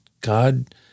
God